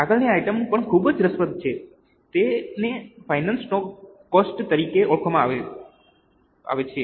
આગળની આઇટમ પણ ખૂબ જ રસપ્રદ છે તેને ફાઇનાન્સ કોસ્ટ તરીકે ઓળખવામાં આવે છે